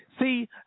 see